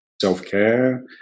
self-care